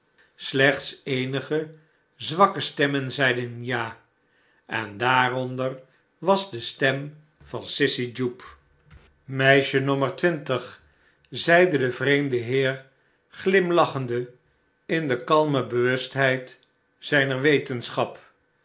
slechts eenige zwakke stemmen zeiden ja en daaronder was de stem van sissy jupe meisje nommer twintig zeide de vreemde heer glimlachende in de kalme bewustheid zijner wetenschap